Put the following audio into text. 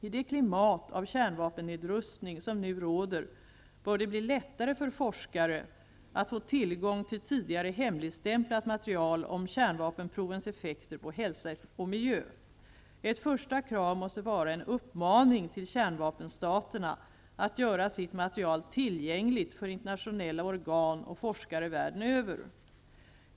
I det klimat av kärnvapennedrustning som nu råder bör det bli lättare för forskare att få tillgång till tidigare hemligstämplat material om kärnvapenprovens effekter på hälsa och miljö. Ett första krav måste vara en uppmaning till kärnvapenstaterna att göra sitt material tillgängligt för internationella organ och forskare världen över.